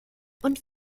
und